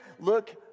look